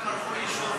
כולם הלכו לישון.